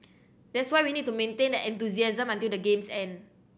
that's why we need to maintain that enthusiasm until the games end